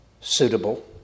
suitable